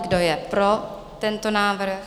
Kdo je pro tento návrh?